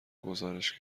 گزارش